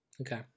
Okay